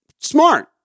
smart